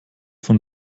von